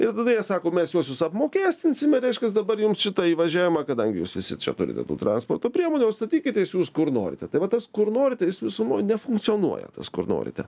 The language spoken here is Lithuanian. ir tada jie sako mes juosius apmokestinsime reiškias dabar jums šitą įvažiavimą kadangi jūs visi čia turite tų transporto priemonių o statykitės jūs kur norite tai va tas kur norite visumoj nefunkcionuoja tas kur norite